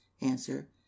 answer